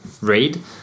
raid